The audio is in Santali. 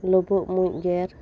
ᱞᱩᱵᱩᱜ ᱢᱩᱸᱡ ᱜᱮᱨ